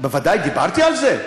בוודאי, דיברתי על זה.